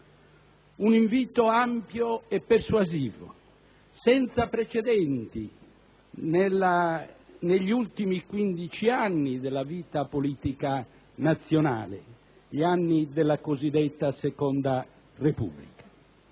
un invito ampio e persuasivo, senza precedenti negli ultimi 15 anni della vita politica nazionale, gli anni della cosiddetta seconda Repubblica.